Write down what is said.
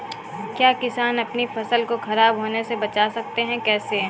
क्या किसान अपनी फसल को खराब होने बचा सकते हैं कैसे?